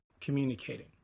communicating